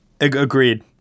Agreed